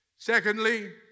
Secondly